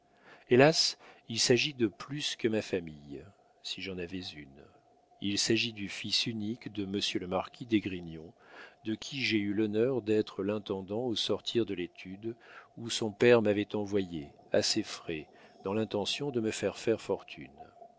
hélas il s'agit de plus que ma famille si j'en avais une il s'agit du fils unique de monsieur le marquis d'esgrignon de qui j'ai eu l'honneur d'être l'intendant au sortir de l'étude où son père m'avait envoyé à ses frais dans l'intention de me faire faire fortune